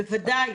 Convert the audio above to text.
בוודאי.